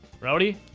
Rowdy